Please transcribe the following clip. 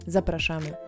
Zapraszamy